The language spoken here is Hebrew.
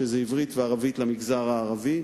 שזה עברית, וערבית למגזר הערבי,